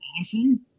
awesome